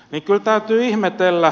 kyllä täytyy ihmetellä